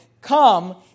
come